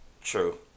True